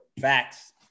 Facts